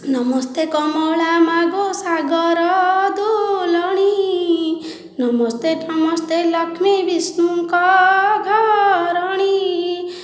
ନମସ୍ତେ କମଳା ମା'ଗୋ ସାଗର ଦୁଲଣୀ ନମସ୍ତେ ନମସ୍ତେ ଲକ୍ଷ୍ମୀ ବିଷ୍ଣୁଙ୍କ ଘରଣୀ